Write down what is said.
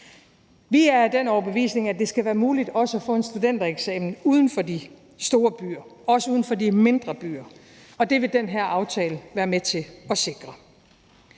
Vi er af den overbevisning, at det skal være muligt også at få en studentereksamen uden for de store byer, og også uden for de mindre byer, og det vil den her aftale være med til at sikre.